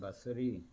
बसरी